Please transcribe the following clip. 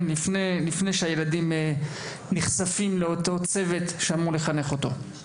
לפני שהילדים נחשפים לאותו צוות שאמור לחנך אותו.